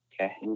Okay